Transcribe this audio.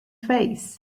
face